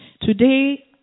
Today